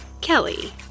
Kelly